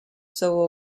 civil